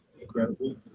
incredible